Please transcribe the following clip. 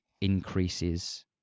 increases